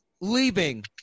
leaving